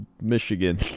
Michigan